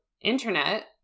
internet